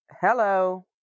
Hello